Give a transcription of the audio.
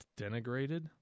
denigrated